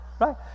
Right